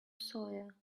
sawyer